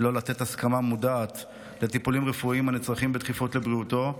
לו לתת הסכמה מדעת לטיפולים רפואיים הנצרכים בדחיפות לבריאותו,